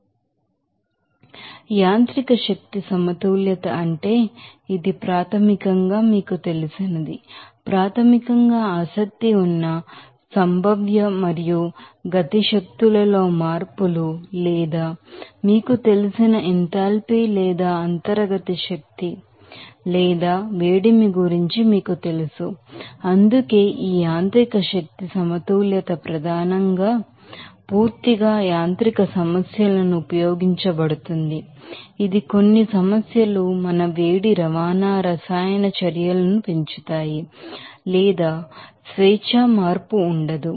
mechanical energy balance అంటే ఇది ప్రాథమికంగా మీకు తెలిసినది ప్రాథమికంగా ఆసక్తి ఉన్న పొటెన్షియల్ మత్తు కైనెటిక్ ఎనెర్జిస్లో మార్పులు లేదా మీలో మీకు తెలిసిన ఎంథాల్పీ లేదా అంతర్గత శక్తి లేదా వేడిమి గురించి మీకు తెలుసు అందుకే ఈ మెకానికల్ ఎనర్జీ బాలన్స్ ప్రధానంగా పూర్తిగా యాంత్రిక సమస్యలకు ఉపయోగించబడుతుంది ఇది కొన్ని సమస్యలు మన వేడి రవాణా రసాయన చర్యలను పెంచుతాయి లేదా స్వేచ్ఛా మార్పు ఉండదు